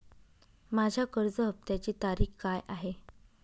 माझ्या कर्ज हफ्त्याची तारीख काय आहे?